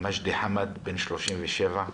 מג'די חאמד, בן 37,